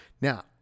Now